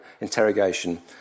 interrogation